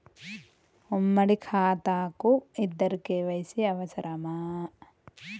ఉమ్మడి ఖాతా కు ఇద్దరు కే.వై.సీ అవసరమా?